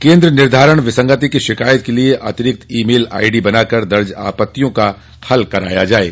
केन्द्र निर्धारण विसंगति की शिकायत के लिए अतिरिक्त ईमेल आईडी बनाकर दर्ज आपत्तियों का हल करवाया जाये